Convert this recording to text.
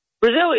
Brazil